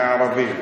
מהערבים?